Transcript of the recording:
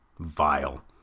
vile